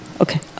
Okay